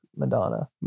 Madonna